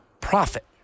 profit